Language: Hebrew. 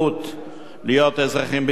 "להיות אזרחים בישראל",